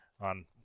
on